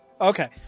Okay